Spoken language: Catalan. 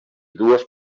dues